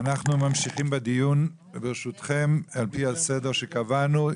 אנחנו ממשיכים בדיון, ברשותכם, על פי הסדר שקבענו.